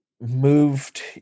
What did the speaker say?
moved